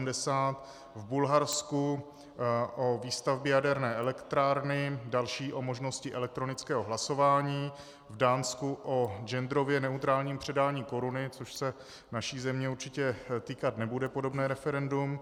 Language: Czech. V Bulharsku o výstavbě jaderné elektrárny, další o možnosti elektronického hlasování, v Dánsku o genderově neutrálním předání koruny, což se naší země určitě týkat nebude, podobné referendum.